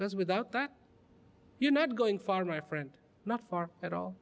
because without that you're not going far my friend not far at all